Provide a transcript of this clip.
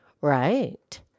Right